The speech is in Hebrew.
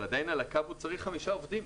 אבל עדיין על הקו הוא צריך חמישה עובדים.